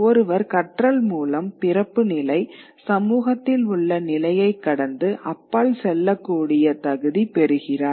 ஒருவர் கற்றல் மூலம் பிறப்பு நிலை சமூகத்தில் உள்ள நிலையைக் கடந்து அப்பால் செல்லக்கூடிய தகுதி பெறுகிறார்